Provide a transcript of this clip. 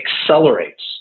accelerates